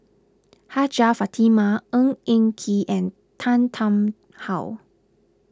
Hajjah Fatimah Ng Eng Kee and Tan Tarn How